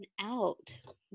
out